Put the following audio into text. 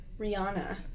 Rihanna